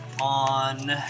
on